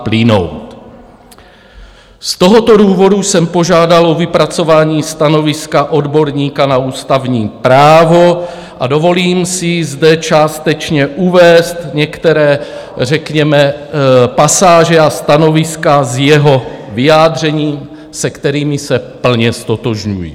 Z tohoto důvodu jsem požádal o vypracování stanoviska odborníka na ústavní právo a dovolím si zde částečně uvést některé řekněme pasáže a stanoviska z jeho vyjádření, se kterými se plně ztotožňuji.